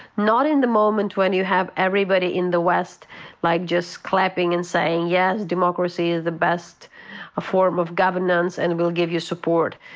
not in the moment when you have everybody in the west like just clapping and saying, yes, democracy is the best ah form of governance, and we'll give you support.